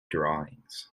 drawings